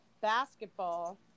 basketball